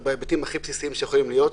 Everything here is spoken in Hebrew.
בהיבטים הכי בסיסיים שיכולים להיות,